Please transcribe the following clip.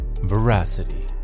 Veracity